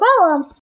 problem